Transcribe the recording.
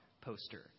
poster